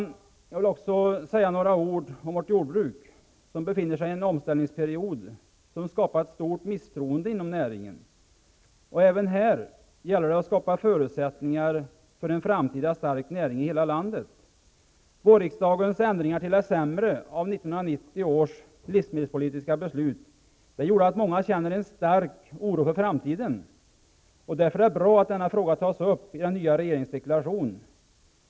Jag vill också säga några ord om vårt jordbruk, som befinner sig i en omställningsperiod, vilken har skapat stort misstroende inom näringen. Även här gäller det att skapa förutsättningar för en framtida stark näring i hela landet. Vårriksdagens ändringar till det sämre av 1990 års livsmedelspolitiska beslut gör att många känner en stark oro för framtiden. Därför är det bra att denna fråga tas upp i den nya regeringens deklaration.